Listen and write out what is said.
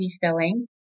filling